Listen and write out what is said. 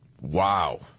Wow